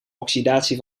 oxidatie